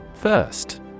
First